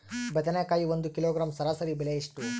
ಬದನೆಕಾಯಿ ಒಂದು ಕಿಲೋಗ್ರಾಂ ಸರಾಸರಿ ಬೆಲೆ ಎಷ್ಟು?